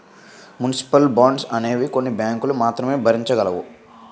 municipal bonds అనేవి కొన్ని బ్యాంకులు మాత్రమే భరించగలవు